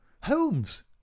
Holmes